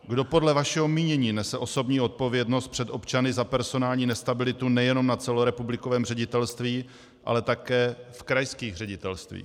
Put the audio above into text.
Kdo podle vašeho mínění nese osobní odpovědnost před občany za personální nestabilitu nejenom na celorepublikovém ředitelství, ale také krajských ředitelstvích?